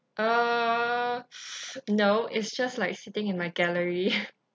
uh no it's just like sitting in my gallery